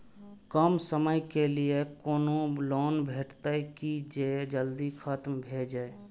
कम समय के लीये कोनो लोन भेटतै की जे जल्दी खत्म भे जे?